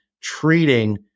treating